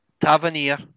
Tavernier